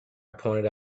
pointed